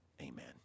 Amen